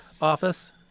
office